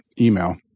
email